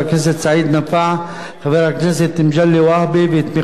חבר הכנסת מגלי והבה ובתמיכתו של סגן השר איוב קרא,